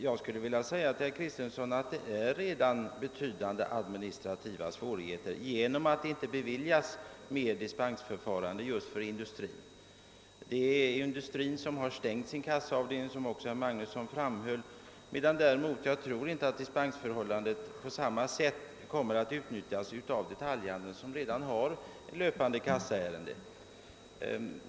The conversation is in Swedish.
Jag skulle vilja säga till herr Kristenson, att de administrativa svårigheterna redan nu är betydande genom att det inte beviljas dispensförfarande i större utsträckning just för industrin. Det är industrin som under semestertiden har stängt sina kassaavdelningar, såsom också herr Magnusson framhöll, medan jag däremot inte tror att dispensförfarandet kommer att utnyttjas i samma utsträckning av detaljhandeln, som alltid har löpande kassaärenden.